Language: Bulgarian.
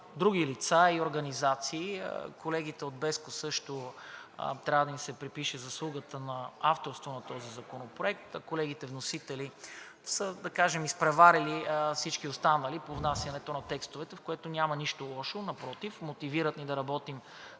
други лица и организации, а и на колегите от BESCO също трябва да им се припише заслугата на авторство на този законопроект, а колегите вносители са, да кажем, изпреварили всички останали по внасянето на текстовете. В това няма нищо лошо, напротив – мотивират ни да работим